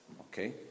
okay